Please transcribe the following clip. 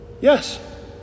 yes